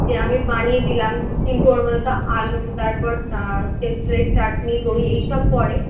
যে আমি বানিয়ে দিলাম কিন্তু আমার ওটা আলু তারপর তেঁতুলের চাটনি দই এইসব পড়ে